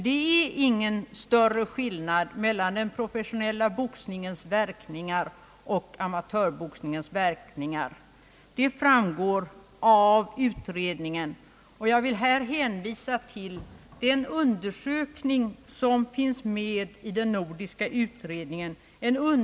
Det är ingen större skillnad mellan den professionella boxningens verkningar och amatörboxningens, det framgår av utredningen. Jag vill hänvisa till den undersökning som finns med i den nordiska utredningen.